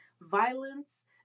violence